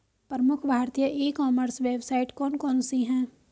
प्रमुख भारतीय e commerce website कौन कौन सी हैं?